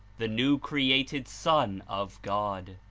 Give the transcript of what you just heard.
the new created son of god.